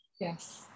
yes